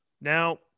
now